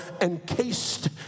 encased